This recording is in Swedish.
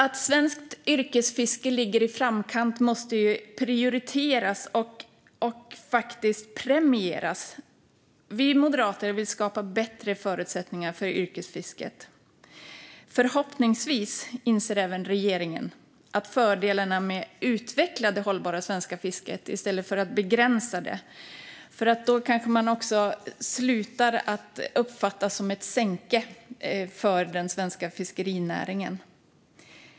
Att svenskt yrkesfiske ligger i framkant måste prioriteras och faktiskt premieras. Vi moderater vill skapa bättre förutsättningar för yrkesfisket. Förhoppningsvis inser även regeringen fördelarna med att utveckla det hållbara svenska fisket i stället för att begränsa det. Då kanske man också slutar uppfattas som ett sänke för den svenska fiskerinäringen.